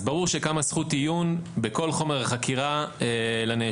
אז ברור שקמה זכות עיון בכל חומר החקירה לנאשם.